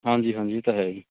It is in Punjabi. ਹਾਂਜੀ ਹਾਂਜੀ ਇਹ ਤਾਂ ਹੈ ਜੀ